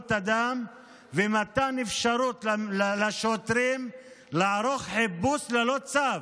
אדם ומתן אפשרות לשוטרים לערוך חיפוש ללא צו.